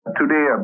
Today